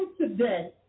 today